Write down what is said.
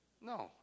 No